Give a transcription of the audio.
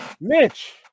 mitch